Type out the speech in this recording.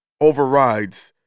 overrides